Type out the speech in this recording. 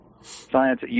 Science